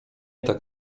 tak